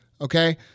Okay